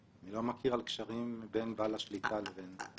אני לא חושב שעודד התכוון לזה.